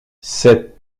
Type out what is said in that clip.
cette